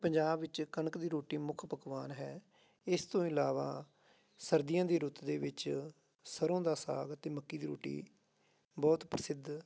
ਪੰਜਾਬ ਵਿੱਚ ਕਣਕ ਦੀ ਰੋਟੀ ਮੁੱਖ ਪਕਵਾਨ ਹੈ ਇਸ ਤੋਂ ਇਲਾਵਾ ਸਰਦੀਆਂ ਦੀ ਰੁੱਤ ਦੇ ਵਿੱਚ ਸਰੋਂ ਦਾ ਸਾਗ ਅਤੇ ਮੱਕੀ ਦੀ ਰੋਟੀ ਬਹੁਤ ਪ੍ਰਸਿੱਧ